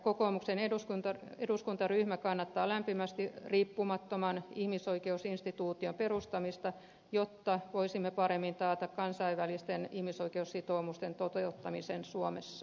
kokoomuksen eduskuntaryhmä kannattaa lämpimästi riippumattoman ihmisoikeusinstituution perustamista jotta voisimme paremmin taata kansainvälisten ihmisoikeussitoumusten toteuttamisen suomessa